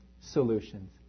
Solutions